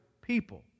people